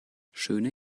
schöne